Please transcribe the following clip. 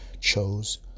chose